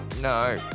no